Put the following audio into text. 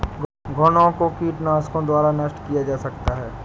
घुनो को कीटनाशकों द्वारा नष्ट किया जा सकता है